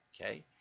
okay